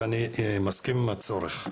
ואני מסכים עם הצורך,